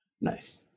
Nice